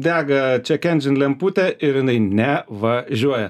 dega ček endžin lemputė ir jinai nevažiuoja